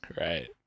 right